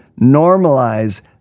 normalize